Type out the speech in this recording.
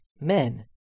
Men